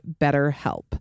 BetterHelp